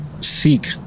seek